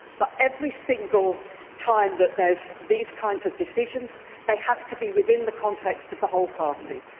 but every single time that there is these kinds of decisions they have to be within the context of the whole party.